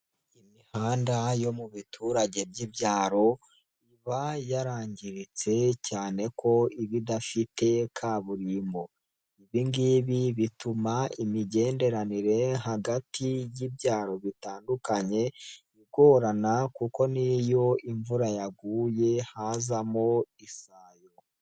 Imihanda yo mu biturage by'ibyaro iba yarangiritse cyane kuko ibidafite kaburimbo, ibingibi bituma imigenderanire hagati y'ibyaro bitandukanye igorana kuko iyo imvura yaguye hazamo isayo.